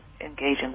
engaging